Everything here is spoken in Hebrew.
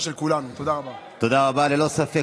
המאוזן יש לנו לדבר, אבל למה לא לדבר בוועדה?